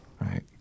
right